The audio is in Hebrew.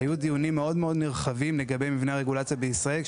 היו דיונים מאוד נרחבים לגבי מבנה הרגולציה בישראל,